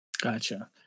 Gotcha